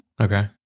Okay